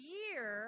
year